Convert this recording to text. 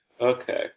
Okay